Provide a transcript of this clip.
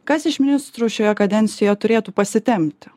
kas iš ministrų šioje kadencijoje turėtų pasitempti